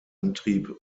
antrieb